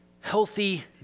healthy